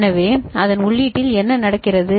எனவே அதன் உள்ளீட்டில் என்ன நடக்கிறது